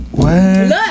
Look